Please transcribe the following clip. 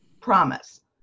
promise